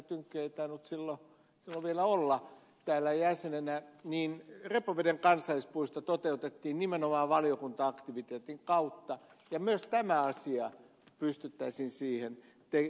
tynkkynen ei tainnut silloin vielä olla täällä jäsenenä kun repoveden kansallispuisto toteutettiin nimenomaan valiokunta aktiviteetin kautta myös tässä asiassa pystyttäisiin näin tekemään